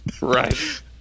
right